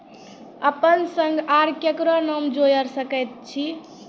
अपन संग आर ककरो नाम जोयर सकैत छी?